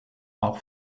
auch